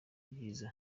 ryiza